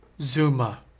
Zuma